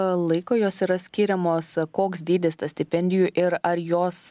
laiko jos yra skiriamos koks dydis tas stipendijų ir ar jos